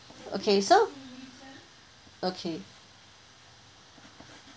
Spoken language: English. okay so okay